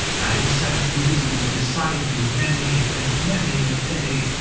i have sat invisible beside you many and many a day.